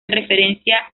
referencia